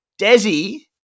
Desi